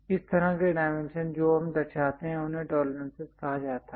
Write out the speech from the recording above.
इस तरह के डायमेंशन जो हम दर्शाते हैं उन्हें टॉलरेंसेस कहा जाता है